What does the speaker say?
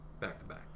back-to-back